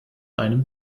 einem